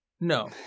No